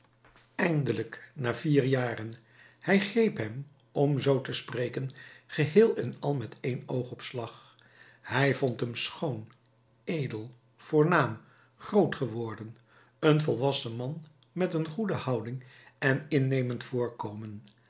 eindelijk na vier jaren hij greep hem om zoo te spreken geheel en al met een oogopslag hij vond hem schoon edel voornaam groot geworden een volwassen man met een goede houding en innemend voorkomen